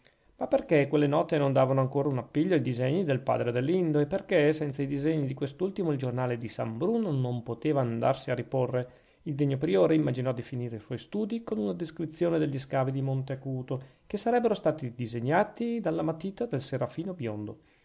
ma perchè quelle note non davano ancora un appiglio ai disegni del padrino adelindo e perchè senza i disegni di quest'ultimo il giornale di san bruno non poteva andarsi a riporre il degno priore immaginò di finire i suoi studi con una descrizione degli scavi di monte acuto che sarebbero stati disegnati dalla matita del serafino biondo